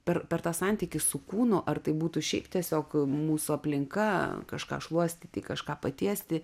per per tą santykį su kūnu ar tai būtų šiaip tiesiog mūsų aplinka kažką šluostyti kažką patiesti